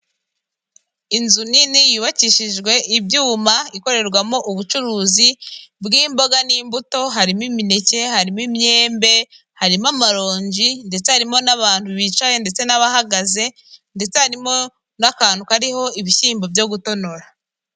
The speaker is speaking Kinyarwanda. Inzu nini yubakishijwe ibyuma, ikorerwamo ubucuruzi bw'imboga n'imbuto, harimo imineke, harimo imyembe, harimo amaronji ndetse harimo n'abantu bicaye ndetse n'abahagaze ndetse harimo n'akantu kariho ibishyimbo byo gutonora.